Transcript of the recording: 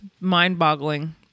mind-boggling